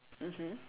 mmhmm